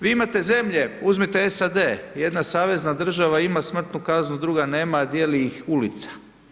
Vi imate zemlje, uzmite SAD, jedna savezna država ima smrtnu kaznu, druga nema, a dijeli ih ulica.